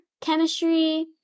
chemistry